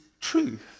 truth